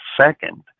second